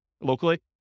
locally